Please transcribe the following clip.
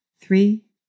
three